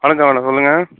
வணக்கம் மேடம் சொல்லுங்கள்